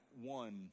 one